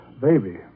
baby